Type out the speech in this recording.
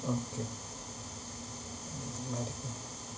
okay mm medical